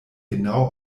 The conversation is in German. genau